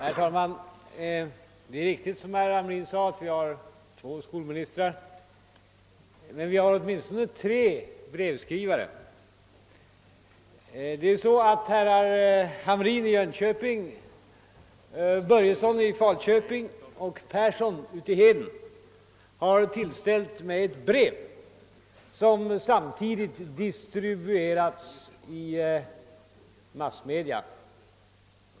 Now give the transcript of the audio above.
Herr talman! Det är riktigt som herr Hamrin i Jönköping sade, att vi har två skolministrar. Men vi har också tre brevskrivare. Herrar Hamrin i Jönköping, Börjesson i Falköping och Persson i Heden har tillställt mig ett brev som samtidigt distribuerats till massmedia.